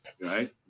Right